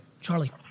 Charlie